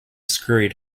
scurried